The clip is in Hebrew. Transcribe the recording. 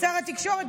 שר התקשורת,